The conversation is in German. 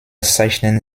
zeichnen